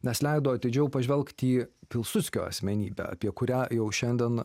nes leido atidžiau pažvelgti į pilsudskio asmenybę apie kurią jau šiandien